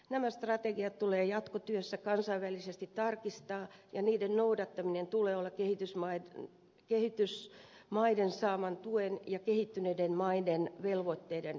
nämä strategiat tulee jatkotyössä kansainvälisesti tarkistaa ja niiden noudattamisen tulee olla kehitysmaiden saaman tuen ja kehittyneiden maiden velvoitteiden perusteena